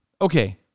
okay